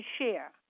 share